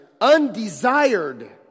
undesired